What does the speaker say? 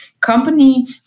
company